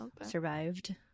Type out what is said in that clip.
survived